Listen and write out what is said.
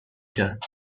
کرد